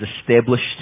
established